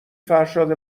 فرشاد